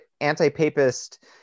anti-papist